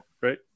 right